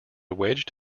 wedged